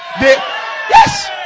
Yes